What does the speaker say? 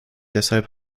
deshalb